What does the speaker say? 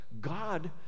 God